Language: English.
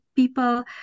people